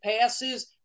passes